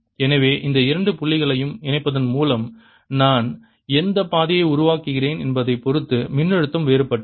எனவே இந்த இரண்டு புள்ளிகளையும் இணைப்பதன் மூலம் நான் எந்த பாதையை உருவாக்குகிறேன் என்பதைப் பொறுத்து மின்னழுத்தம் வேறுபட்டது